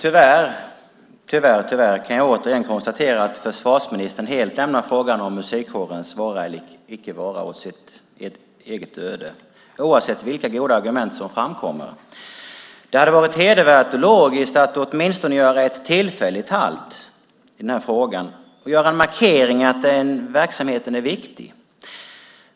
Fru talman! Tyvärr kan jag återigen konstatera att försvarsministern helt lämnar frågan om musikkårens vara eller icke vara åt sitt eget öde, oavsett vilka goda argument som framkommer. Det hade varit hedervärt och logiskt att åtminstone tillfälligt göra halt i den här frågan och göra en markering av att verksamheten är viktig.